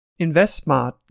InvestSmart